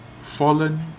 fallen